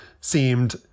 seemed